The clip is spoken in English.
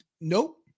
Nope